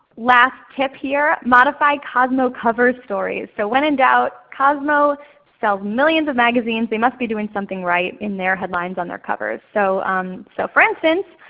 last tip here, modify cosmo cover stories. so when in doubt cosmo sells millions of magazines. they must be doing something right in their headlines on their covers. so um so for instance,